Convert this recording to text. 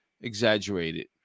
exaggerated